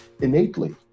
innately